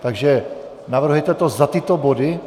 Takže navrhujete to za tyto body?